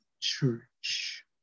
Church